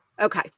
Okay